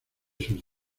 sus